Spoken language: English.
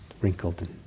wrinkled